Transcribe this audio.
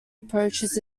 approaches